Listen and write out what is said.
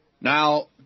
Now